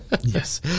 Yes